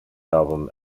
album